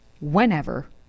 whenever